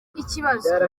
ikibazo